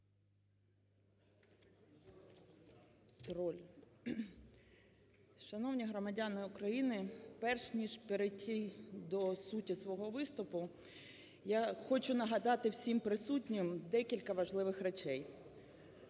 Шановні громадяни України, перш ніж перейти до суті свого виступу, я хочу нагадати всім присутнім декілька важливих речей.